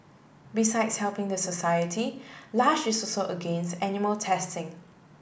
besides helping the society Lush is so against animal testing